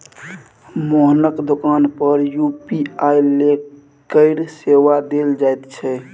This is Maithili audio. मोहनक दोकान पर यू.पी.आई केर सेवा देल जाइत छै